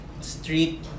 street